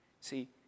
see